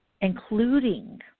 including